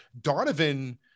Donovan